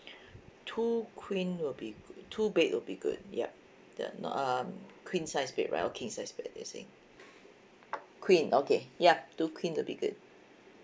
two queen will be good two bed would be good yup the no um queen size bed right or king sized bed you're saying queen okay yup two queen would be good